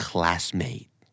Classmate